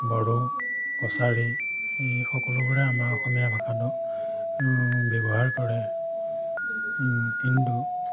বড়ো কছাৰী এই সকলোবোৰে আমাৰ অসমীয়া ভাষাটো ব্যৱহাৰ কৰে কিন্তু